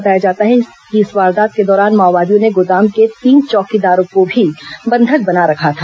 बताया जाता है कि इस वारदात के दौरान माओवादियों ने गोदाम के तीन चौकीदारों को भी बंधक बना रखा था